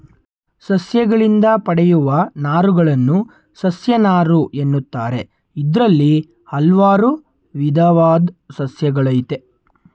ಸಸ್ಯಗಳಿಂದ ಪಡೆಯುವ ನಾರುಗಳನ್ನು ಸಸ್ಯನಾರು ಎನ್ನುತ್ತಾರೆ ಇದ್ರಲ್ಲಿ ಹಲ್ವಾರು ವಿದವಾದ್ ಸಸ್ಯಗಳಯ್ತೆ